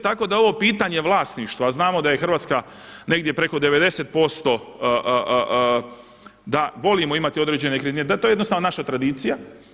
Tako da ovo pitanje vlasništva, a znamo da je Hrvatska negdje preko 90% da volimo imati određene nekretnine, da je to jednostavno naša tradicija.